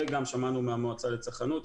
שמענו גם מהמועצה לצרכנות,